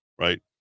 right